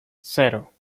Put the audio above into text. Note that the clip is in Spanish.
cero